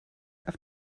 auf